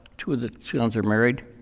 two of the sons are married,